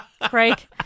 Craig